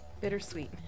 Bittersweet